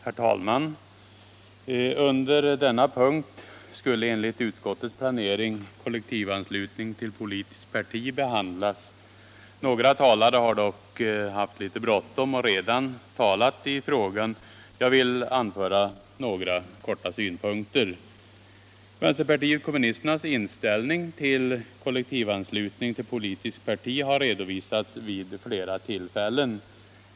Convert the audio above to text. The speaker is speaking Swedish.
Herr talman! Under denna punkt skulle enligt utskottets planering kollektivanslutning till politiskt parti behandlas. Några talare har dock haft litet bråttom och redan talat i frågan. Jag vill i korthet anföra några synpunkter. Vänsterpartiet kommunisternas inställning till kollektivanslutning till politiskt parti har redovisats vid flera tillfällen.